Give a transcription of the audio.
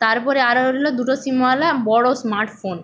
তার পরে আরও উঠল দুটো সিমওয়ালা বড় স্মার্ট ফোন